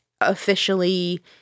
Officially